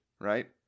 right